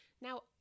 Now